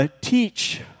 teach